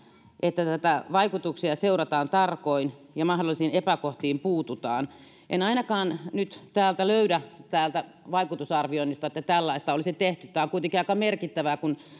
että näitä vaikutuksia seurataan tarkoin ja mahdollisiin epäkohtiin puututaan en ainakaan nyt löydä täältä vaikutusarvioinnista että tällaista olisi tehty tämä on kuitenkin aika merkittävää kun